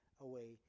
away